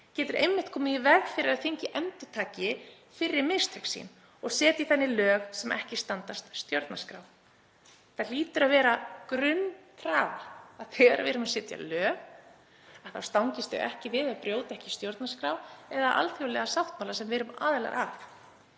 getur einmitt komið í veg fyrir að þingið endurtaki fyrri mistök sín og setja lög sem ekki standast stjórnarskrá. Það hlýtur að vera grunnkrafa að þegar við erum að setja lög þá stangist þau ekki á við eða brjóti stjórnarskrá eða alþjóðlega sáttmála sem við erum aðilar að.